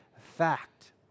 fact